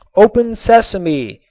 open sesame!